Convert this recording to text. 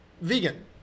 vegan